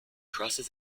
crosses